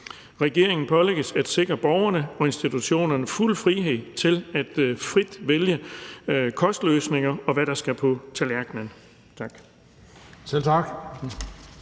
Regeringen pålægges at sikre borgerne og institutionerne fuld frihed til frit at vælge kostløsninger, og hvad der skal på tallerkenen.«